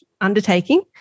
undertaking